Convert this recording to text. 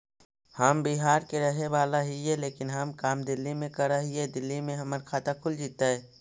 हम बिहार के रहेवाला हिय लेकिन हम काम दिल्ली में कर हिय, दिल्ली में हमर खाता खुल जैतै?